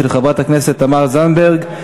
של חברת הכנסת תמר זנדברג.